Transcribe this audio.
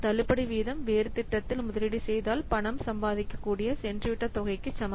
தள்ளுபடி வீதம் வேறு திட்டத்தில் முதலீடு செய்தால் பணம் சம்பாதிக்கக்கூடிய சென்றுவிட்ட தொகைக்கு சமம்